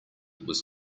was